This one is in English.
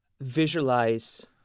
visualize